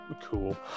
Cool